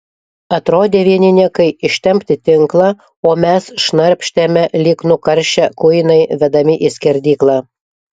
atrodė vieni niekai ištempti tinklą o mes šnarpštėme lyg nukaršę kuinai vedami į skerdyklą